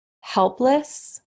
helpless